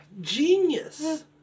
Genius